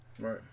Right